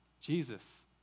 Jesus